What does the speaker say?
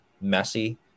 messy